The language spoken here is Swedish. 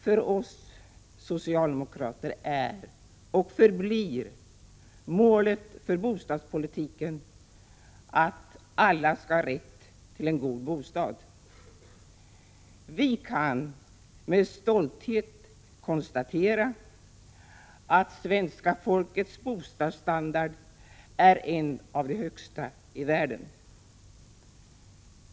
För oss socialdemokrater är och förblir målet för bostadspolitiken att alla skall ha rätt till en god bostad. Vi kan med stolthet konstatera att 31 svenska folkets bostadsstandard är en av de högsta i världen.